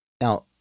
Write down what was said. Now